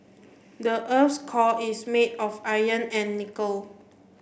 the earth's core is made of iron and nickel